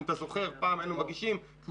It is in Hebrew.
אם אתה זוכר, פעם היינו מגישים תלוש-תלוש.